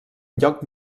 lloc